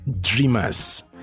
dreamers